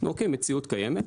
מציאות קיימת.